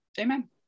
amen